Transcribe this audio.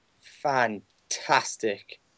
fantastic